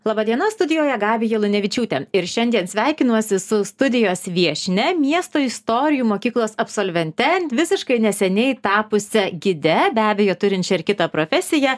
laba diena studijoje gabija lunevičiūtė ir šiandien sveikinuosi su studijos viešnia miesto istorijų mokyklos absolvente visiškai neseniai tapusia gide be abejo turinčia ir kitą profesiją